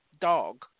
dog